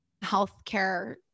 healthcare